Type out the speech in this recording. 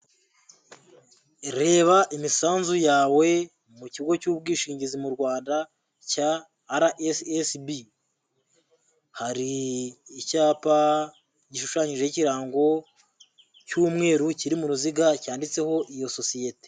Reba imisanzu yawe mu kigo cy' ubwishingizi mu Rwanda cya RSSB. Hari icyapa gishushanyijeho ikirango cy'umweru kiri mu ruziga cyanditseho iyo sosiyete.